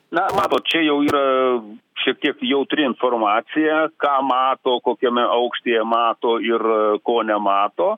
na matot čia jau yra šiek tiek jautri informacija ką mato kokiame aukštyje mato ir ko nemato